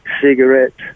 Cigarettes